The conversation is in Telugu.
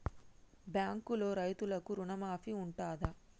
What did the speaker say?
బ్యాంకులో రైతులకు రుణమాఫీ ఉంటదా?